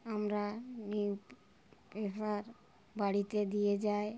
আমরা newspaper বাড়িতে দিয়ে যায়